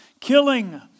killing